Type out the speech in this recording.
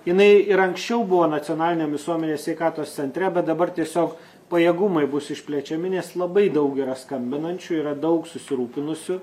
jinai ir anksčiau buvo nacionaliniam visuomenės sveikatos centre bet dabar tiesiog pajėgumai bus išplečiami nes labai daug yra skambinančių yra daug susirūpinusių